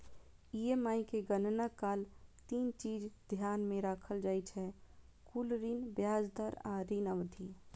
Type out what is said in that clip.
EMI के गणना काल तीन चीज ध्यान मे राखल जाइ छै, कुल ऋण, ब्याज दर आ ऋण अवधि